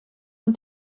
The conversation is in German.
und